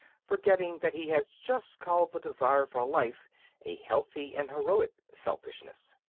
forgetting that he has just called the desire for life a healthy and heroic selfishness.